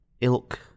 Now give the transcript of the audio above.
ilk